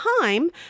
time